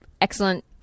excellent